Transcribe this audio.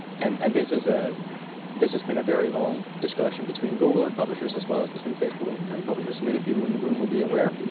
and and this has ah this has been a very long discussion between google and publishers as well as between facebook and and publishers. many people in the room will be aware,